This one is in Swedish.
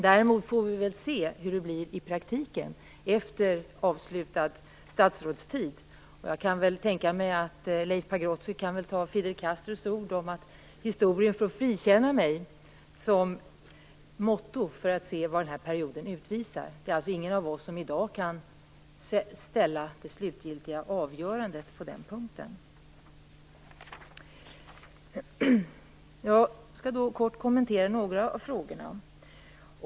Däremot får vi väl se hur det blir i praktiken efter avslutad statsrådstid. Jag kan tänka mig att Leif Pagrotsky kan ta Fidel Castros ord "Historien får frikänna mig" som måtto för att se vad den här perioden utvisar. Det är alltså ingen av oss som i dag kan ställa det slutgiltiga avgörandet på den punkten. Jag skall kort kommentera några av frågorna.